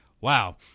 Wow